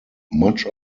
much